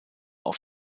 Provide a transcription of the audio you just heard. auf